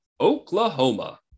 Oklahoma